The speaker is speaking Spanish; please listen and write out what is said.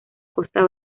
costa